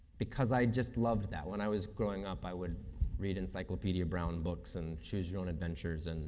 because i just loved that. when i was growing up, i would read encyclopedia brown books and choose your own adventures, and